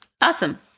awesome